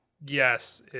Yes